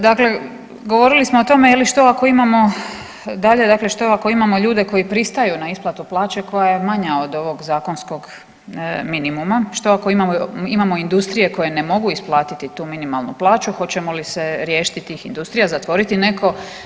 Dakle, govorili smo o tome je li što ako imamo, dalje dakle što ako imamo ljude koji pristaju na isplatu plaće koja je manja od ovog zakonskog minimuma, što ako imamo industrije koje ne mogu isplatiti tu minimalnu plaću, hoćemo li se riješiti tih industrija, zatvoriti neko.